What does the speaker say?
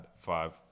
five